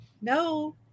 No